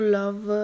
love